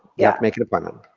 yeah make an appointment.